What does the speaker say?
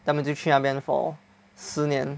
then 他们就去那边 for 十年